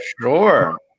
Sure